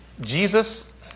Jesus